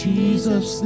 Jesus